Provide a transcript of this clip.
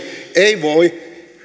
ei voi viedä